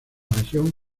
región